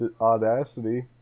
Audacity